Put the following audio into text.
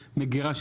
מגירה,